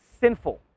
sinful